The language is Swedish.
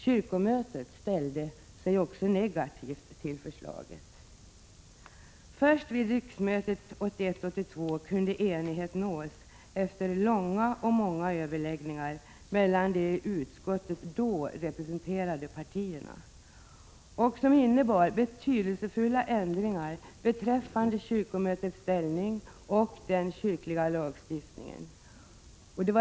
Kyrkomötet ställde sig också negativt till förslaget. Först vid riksmötet 1981/82 kunde enighet nås efter långa och många överläggningar mellan de i utskottet då representerade partierna. Betydelsefulla ändringar genomfördes beträffande kyrkomötets ställning och den kyrkliga lagstiftningen.